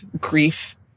grief